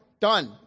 Done